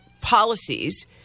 policies